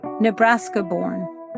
Nebraska-born